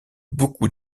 beaucoup